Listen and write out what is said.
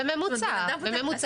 בממוצע.